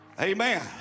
Amen